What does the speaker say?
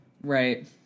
right